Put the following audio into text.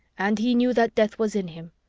and he knew that death was in him,